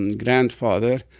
and grandfather,